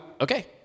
okay